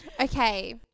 Okay